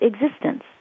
existence